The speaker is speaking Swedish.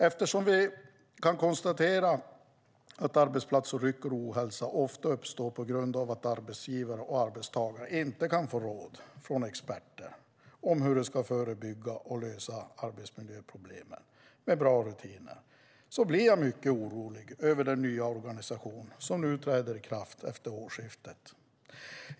Eftersom man kan konstatera att arbetsolyckor och ohälsa ofta uppstår på grund av att arbetsgivare och arbetstagare inte kan få råd från experter om hur de ska förebygga och lösa arbetsmiljöproblem med bra rutiner blir jag mycket orolig över den nya organisation som träder i kraft efter årsskiftet.